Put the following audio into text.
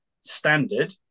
standard